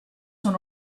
sont